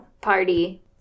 Party